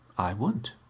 i won't.